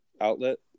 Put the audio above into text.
outlet